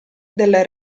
della